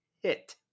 hit